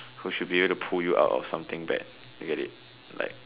who should be able to pull you out of something bad you get it like